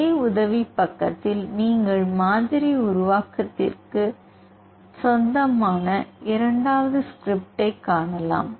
அதே உதவிப் பக்கத்தில் நீங்கள் மாதிரி உருவாக்குவதிற்கு சொந்தமான இரண்டாவது ஸ்கிரிப்டைக் காணலாம்